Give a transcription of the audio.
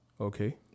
Okay